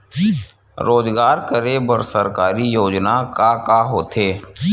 रोजगार करे बर सरकारी योजना का का होथे?